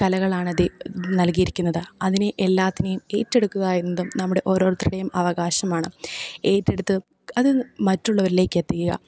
കലകളാണ് ദെ നൽകിയിരിക്കുന്നത് അതിനെ എല്ലാറ്റിനെയും ഏറ്റെടുക്കുക എന്നതും നമ്മുടെ ഓരോരുത്തരുടെയും അവകാശമാണ് ഏറ്റെടുത്ത് അത് മറ്റുള്ളവരിലേക്കെത്തിക്കുക